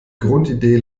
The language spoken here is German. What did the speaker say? grundidee